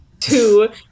two